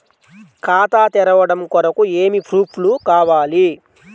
ఖాతా తెరవడం కొరకు ఏమి ప్రూఫ్లు కావాలి?